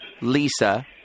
Lisa